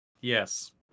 yes